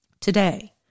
Today